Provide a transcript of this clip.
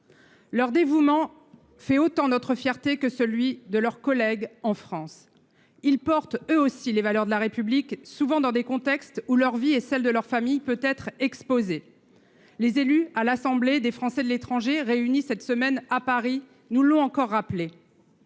Leur dévouement fait notre fierté autant que celui de leurs collègues en France. Ils portent eux aussi les valeurs de la République, souvent dans des contextes où leur vie et celle de leur famille peuvent être exposées. Les élus à l’Assemblée des Français de l’étranger, réunis cette semaine à Paris, nous l’ont une nouvelle